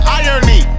irony